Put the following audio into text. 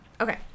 okay